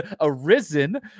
arisen